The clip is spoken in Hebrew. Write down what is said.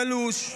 תלוש.